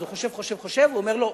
הוא חושב, חושב, חושב ואומר לו: